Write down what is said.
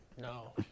No